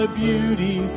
beauty